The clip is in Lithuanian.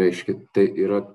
reiškia tai yra